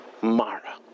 Mara